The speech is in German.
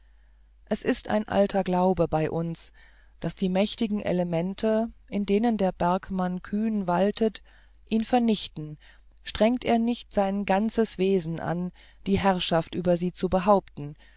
es ist ein alter glaube bei uns daß die mächtigen elemente in denen der bergmann kühn waltet ihn vernichten strengt er nicht sein ganzes wesen an die herrschaft über sie zu behaupten